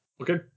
Okay